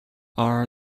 are